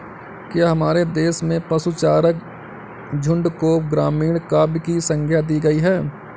क्या हमारे देश में पशुचारक झुंड को ग्रामीण काव्य की संज्ञा दी गई है?